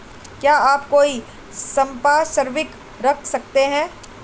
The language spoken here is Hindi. क्या आप कोई संपार्श्विक रख सकते हैं?